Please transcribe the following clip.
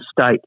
state